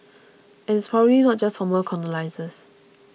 and it's probably not just former colonisers